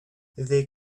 they